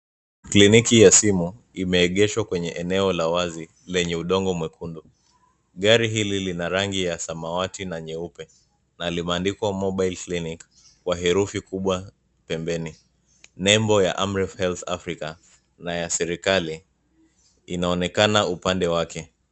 Kliniki ya simu, imeegeshwa kwenye eneo la wazi, lenye udongo mwekundu. Gari hili lina rangi ya samawati na nyeupe, na limeandikwa Mobile Clinic, kwa herufi kubwa pembeni. Nembo ya amref health africa, na ya serikali, inaonekana upande wake.